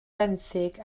benthyg